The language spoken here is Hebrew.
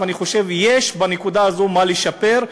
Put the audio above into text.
ואני חושב שיש בנקודה הזאת מה לשפר,